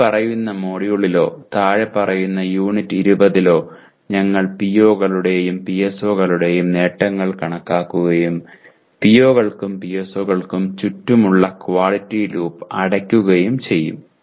ഇനിപ്പറയുന്ന മൊഡ്യൂളിലോ താഴെ പറയുന്ന യൂണിറ്റ് 20 ലോ ഞങ്ങൾ PO കളുടെയും PSO കളുടെയും നേട്ടങ്ങൾ കണക്കാക്കുകയും PO കൾക്കും PSO കൾക്കും ചുറ്റുമുള്ള ക്വാളിറ്റി ലൂപ്പ് അടയ്ക്കുകയും ചെയ്യും